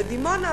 בדימונה,